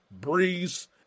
Breeze